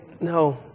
no